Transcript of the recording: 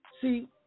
See